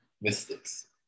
Mystics